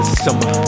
summer